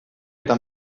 eta